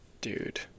dude